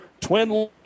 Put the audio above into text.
Twin